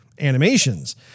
animations